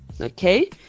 okay